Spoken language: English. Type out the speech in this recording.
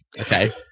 okay